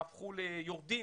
יהפכו ליורדים